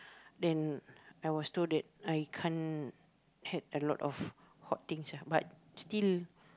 then I was told that I can't had a lot of hot things ah but still